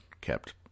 kept